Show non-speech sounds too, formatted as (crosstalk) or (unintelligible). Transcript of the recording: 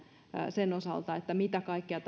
sen osalta mitä kaikkea (unintelligible)